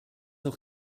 auch